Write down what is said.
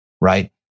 right